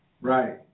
Right